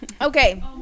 Okay